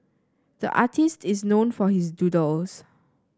the artist is known for his doodles